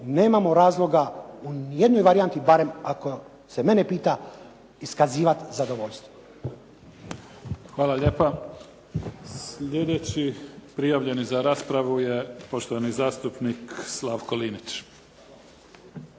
nemamo razloga u ni jednoj varijanti, barem ako se mene pita iskazivati zadovoljstvo. **Mimica, Neven (SDP)** Hvala lijepa. Sljedeći prijavljeni za raspravu je poštovani zastupnik Slavko Linić.